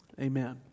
Amen